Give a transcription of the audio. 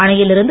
அணையில் இருந்து